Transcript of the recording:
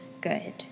good